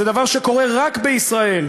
זה דבר שקורה רק בישראל.